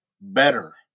better